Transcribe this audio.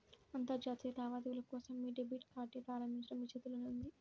అంతర్జాతీయ లావాదేవీల కోసం మీ డెబిట్ కార్డ్ని ప్రారంభించడం మీ చేతుల్లోనే ఉంది